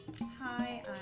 Hi